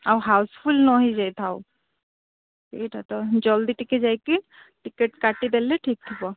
ଆଉ house full ନ ହେଇ ଯାଇଥାଉ ସେଇଟା ତ ଜଲ୍ଦି ଟିକେ ଯାଇକି ଟିକେଟ୍ କାଟି ଦେଲେ ଠିକ୍ ଥିବ